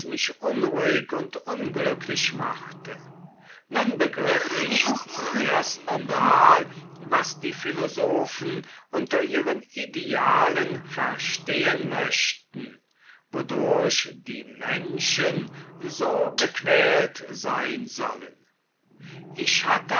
unruhig und unglücklich machte nun begriff ich zum erstenmal was die philosophen unter ihren idealen verstehen möchten wodurch die menschen so gequält sein sollen ich hatte